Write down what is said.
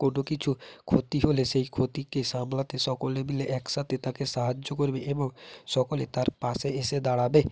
কোনো কিছু ক্ষতি হলে সেই ক্ষতিকে সামলাতে সকলে মিলে একসাথে তাকে সাহায্য করবে এবং সকলে তার পাশে এসে দাঁড়াবে